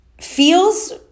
feels